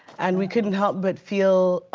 and we couldn't help but feel